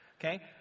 Okay